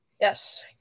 Yes